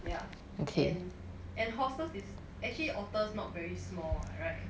yeah and and horses is actually otters not very small [what] right